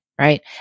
Right